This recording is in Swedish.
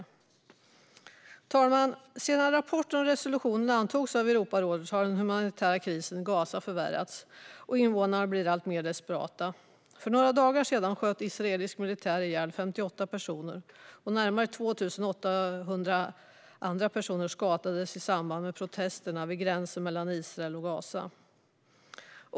Fru talman! Sedan rapporten och resolutionen antogs av Europarådet har den humanitära krisen i Gaza förvärrats, och invånarna blir alltmer desperata. För några dagar sedan sköt israelisk militär ihjäl 58 personer, och närmare 2 800 andra personer skadades i samband med protester vid gränsen mellan Israel och Gaza.